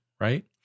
right